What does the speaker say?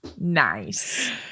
Nice